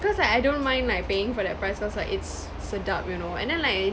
cause like I don't mind like paying for that price cause like it's sedap you know and then like